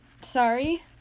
Sorry